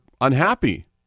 unhappy